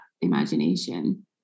imagination